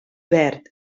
verd